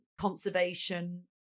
conservation